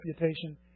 reputation